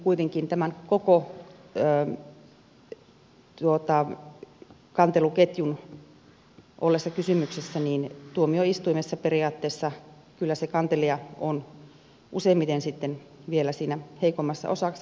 kuitenkin tämän koko kanteluketjun ollessa kysymyksessä tuomioistui messa periaatteessa kyllä se kantelija on useimmiten sitten vielä siinä heikommassa osassa